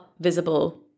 visible